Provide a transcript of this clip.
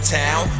town